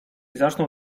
zaczną